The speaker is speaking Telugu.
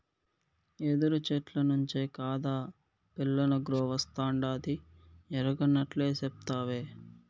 యెదురు చెట్ల నుంచే కాదా పిల్లనగ్రోవస్తాండాది ఎరగనట్లే సెప్తావే